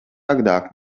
agrāk